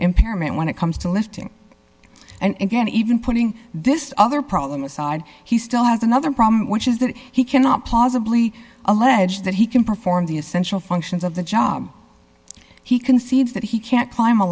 impairment when it comes to lifting and again even putting this other problem aside he still has another problem which is that he cannot possibly allege that he can perform the essential functions of the job he concedes that he can't climb a